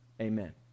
Amen